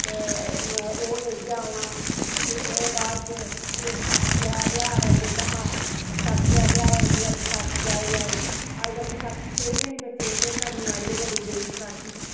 ते ओह् लेइयै औना फ्ही ओह्दे बाद च फ्ही एह् बसाखियै दा ध्यार आई जंदा हा बसाखियै दा ध्यारै बसाखी आई अज्जकल बसाखी सेही गै नी बच्चें गी भाई कदूं आई ते कदूं गेई बसाखी